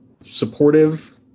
supportive